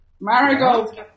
Marigold